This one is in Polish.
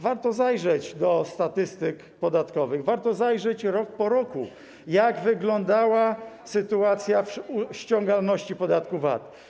Warto zajrzeć do statystyk podatkowych, warto zajrzeć rok po roku, jak wyglądała sytuacja ściągalności podatku VAT.